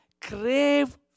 crave